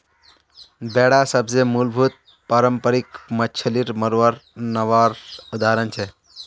बेडा सबसे मूलभूत पारम्परिक मच्छ्ली मरवार नावर उदाहरण छे